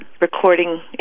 recording